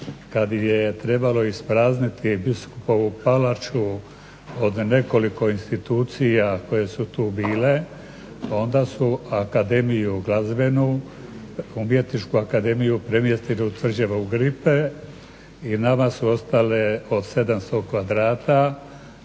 kad je trebalo isprazniti Biskupovu palaču od nekoliko institucija koje su tu bile onda su Akademiju glazbenu, umjetničku akademiju premjestili u tvrđave u Gripe i nama su ostale od 700 kvadrata